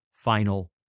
final